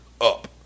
up